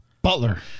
Butler